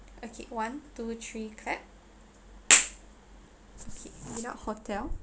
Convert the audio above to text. okay one two three clap okay read out hotel